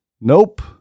nope